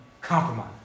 Compromise